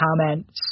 comments